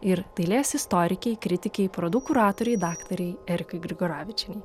ir dailės istorikei kritikei parodų kuratorei daktarei erikai grigoravičienei